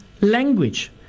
language